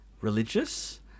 religious